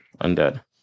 undead